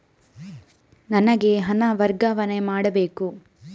ನನಗೆ ಹಣ ವರ್ಗಾವಣೆ ಮಾಡಬೇಕು